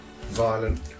violent